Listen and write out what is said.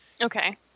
Okay